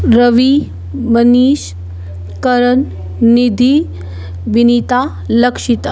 Ravi Manish Karan Nidhi Vinita Lakshita